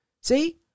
See